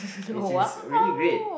which is really great